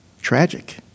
Tragic